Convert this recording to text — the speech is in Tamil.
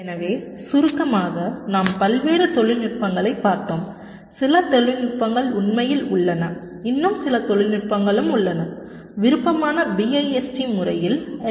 எனவே சுருக்கமாக நாம் பல்வேறு தொழில்நுட்பங்களைப் பார்த்தோம் சில தொழில்நுட்பங்கள் உண்மையில் உள்ளன இன்னும் சில தொழில்நுட்பங்களும் உள்ளன விருப்பமான BIST முறையில் எல்